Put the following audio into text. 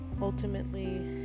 ultimately